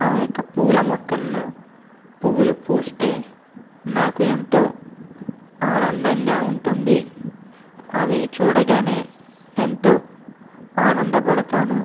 ఆ యొక్క పూల మొక్కల్లో పువ్వులు పూస్తే నాకు ఎంతో ఆనందంగా ఉంటుంది అవి చూడగానే ఎంతో ఆనందబడతాను